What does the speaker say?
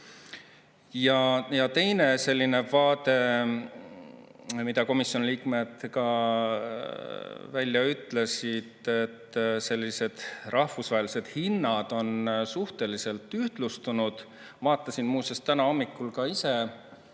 Ja teine selline vaade, mida komisjoni liikmed välja ütlesid, on see, et rahvusvahelised hinnad on suhteliselt ühtlustunud. Ma vaatasin muuseas täna hommikul ka ise,